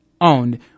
Owned